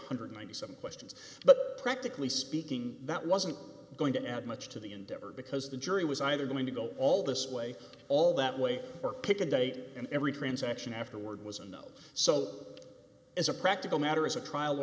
hundred and ninety seven questions but practically speaking that wasn't going to add much to the endeavor because the jury was either going to go all this way all that way or pick a date and every transaction afterward was a no so as a practical matter as a trial